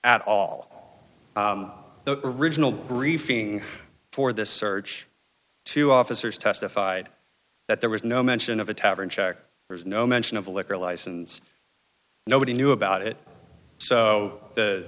at all the original briefing for this search two officers testified that there was no mention of a tavern check there's no mention of a liquor license nobody knew about it so